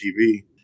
TV